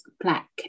Black